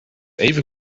even